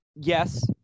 yes